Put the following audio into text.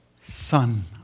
son